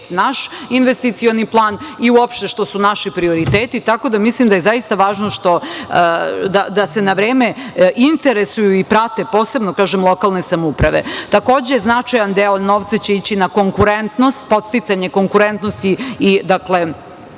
naš investicioni plan, i uopšte što su naši prioriteti, tako da mislim da je zaista važno da se na vreme interesuju i prate posebno lokalne samouprave. Takođe, značajan deo novca će ići na konkurentnost, podsticanje konkurentnosti i